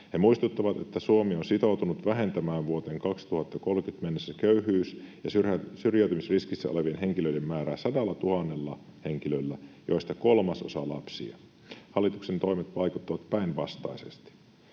He muistuttavat, että Suomi on sitoutunut vähentämään vuoteen 2030 mennessä köyhyys- ja syrjäytymisriskissä olevien henkilöiden määrää 100 000 henkilöllä, joista kolmasosa on lapsia. Hallituksen toimet vaikuttavat päinvastaisesti.